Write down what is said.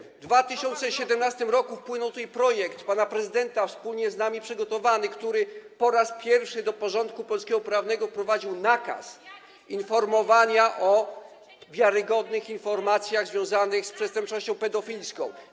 W 2017 r. wpłynął tutaj projekt pana prezydenta, wspólnie z nami przygotowany, który po raz pierwszy do polskiego porządku prawnego wprowadził nakaz informowania o wiarygodnych informacjach związanych z przestępczością pedofilską.